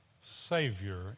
Savior